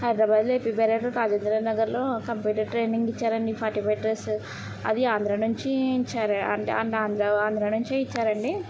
హైదరాబాద్లో ఏపీ బైరాడ్లో రాజేంద్ర నగర్లొ కంప్యూటర్ ట్రైనింగ్ ఇచ్చారు అండి ఫార్టీ ఫైవ్ డేస్ అది ఆంధ్ర నుంచి ఇచ్చారు ఆంధ్ర నుంచే ఇచ్చారు అండి